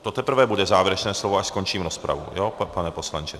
To teprve bude závěrečné slovo, až skončím rozpravu, pane poslanče.